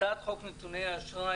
הצעת חוק נתוני האשראי,